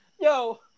yo